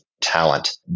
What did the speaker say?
talent